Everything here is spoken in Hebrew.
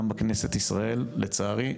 גם בכנסת ישראל, לצערי,